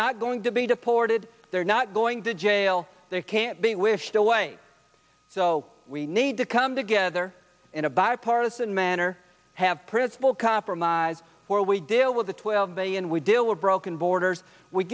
not going to be deported they're not going to jail there can't be wished away so we need to come together in a bipartisan manner have principled compromise where we deal with the twelve a and we deal with broken borders